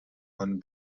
von